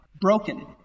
broken